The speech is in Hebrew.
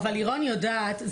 אבל לירון יודעת,